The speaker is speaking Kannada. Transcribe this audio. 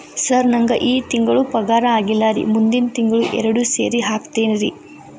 ಸರ್ ನಂಗ ಈ ತಿಂಗಳು ಪಗಾರ ಆಗಿಲ್ಲಾರಿ ಮುಂದಿನ ತಿಂಗಳು ಎರಡು ಸೇರಿ ಹಾಕತೇನ್ರಿ